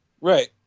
Right